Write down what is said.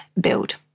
Build